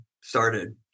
started